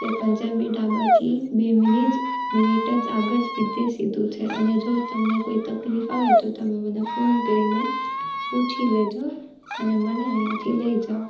તે પંજાબી ધાબાથી બે મિનીટ મિનીટ જ આગળ સીધે સીધું છે અને જો તમને કોઈ તકલીફ આવે તો તમે મને ફોન કરીને પૂછી લેજો અને મને અહીંથી લઈ જાઓ